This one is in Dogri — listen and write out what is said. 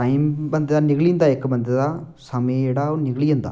टाइम बंदे दा निकली जंदा इक बंदे दा समें जेह्ड़ा ओह् निकली जंदा